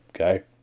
Okay